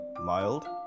mild